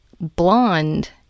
blonde